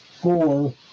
four